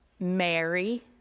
Mary